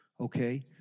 Okay